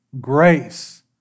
grace